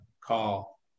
call